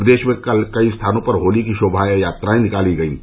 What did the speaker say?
प्रदेश में कल कई स्थानों पर होली की शोभा यात्राएं निकाली गयीं